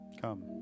Come